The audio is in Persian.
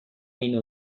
اینو